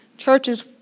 Churches